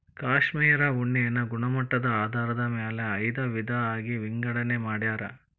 cashmere ಉಣ್ಣೆನ ಗುಣಮಟ್ಟದ ಆಧಾರದ ಮ್ಯಾಲ ಐದ ವಿಧಾ ಆಗಿ ವಿಂಗಡನೆ ಮಾಡ್ಯಾರ